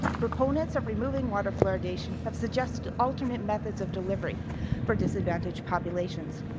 proponents of removing water fluoridation have suggested alternate methods of delivery for disadvantaged populations.